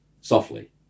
Softly